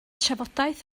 trafodaeth